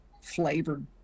flavored